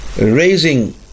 Raising